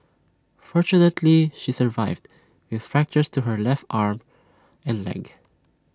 fortunately she survived with fractures to her left arm and leg